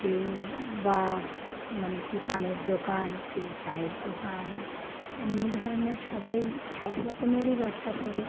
কেউ বা মানে কী পানের দোকান কেউ চায়ের দোকান এমনি ধরনের সবাই সব রকমেরই ব্যবসা করে